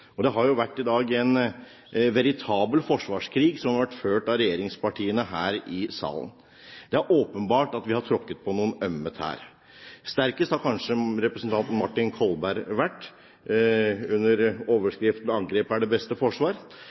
Det er en veritabel forsvarskrig som i dag har vært ført av regjeringspartiene her i salen. Det er åpenbart at vi har tråkket på noen ømme tær. Sterkest har kanskje representanten Martin Kolberg vært under overskriften «angrep er det beste forsvar».